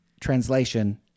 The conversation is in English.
Translation